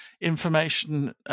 information